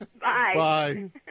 Bye